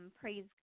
praise